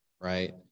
right